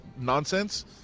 nonsense